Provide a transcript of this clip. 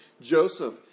Joseph